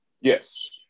Yes